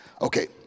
Okay